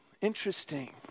Interesting